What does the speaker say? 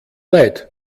leid